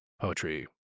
poetry